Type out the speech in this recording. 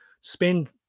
Spend